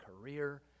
career